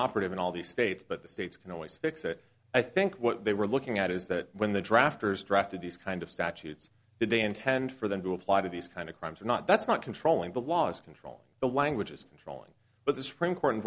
operative in all the states but the states can always fix it i think what they were looking at is that when the drafters drafted these kind of statutes that they intend for them to apply to these kind of crimes or not that's not controlling the laws control the language is controlling but the supreme court